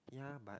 ya but